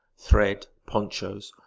thread, ponchos,